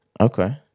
Okay